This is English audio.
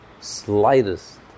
slightest